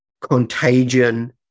contagion